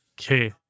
okay